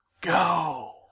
go